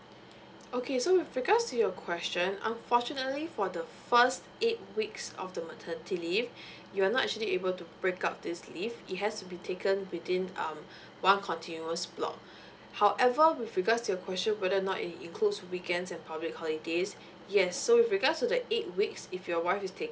okay so with regards to your question unfortunately for the first eight weeks of the maternity leave you're not actually able to break up this leave it has to be taken between um one continuous block however with regards to your question whether not it includes weekends and public holidays yes so with regards to the eight weeks if your wife is